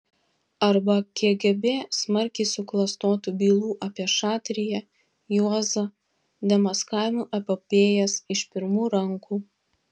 arba kgb smarkiai suklastotų bylų apie šatriją juozą demaskavimų epopėjas iš pirmų rankų